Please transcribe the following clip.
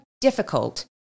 difficult